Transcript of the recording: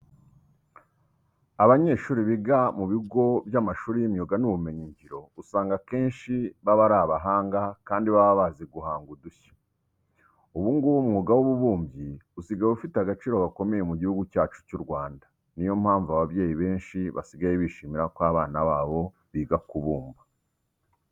Abanyeshuri biga mu bigo by'amashuri y'imyuga n'ubumenyingiro usanga akenshi baba ari abahanga kandi baba bazi guhanga udushya. Ubu ngubu umwuga w'ububumbyi usigaye ufite agaciro gakomeye mu Gihugu cyacu cy'u Rwanda. Ni yo mpamvu ababyeyi benshi basigaye bishimira ko abana babo biga kubumba.